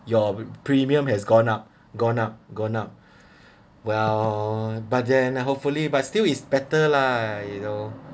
your premium has gone up gone up gone up well but then I hopefully but still is better lah you know